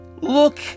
Look